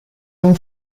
non